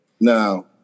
Now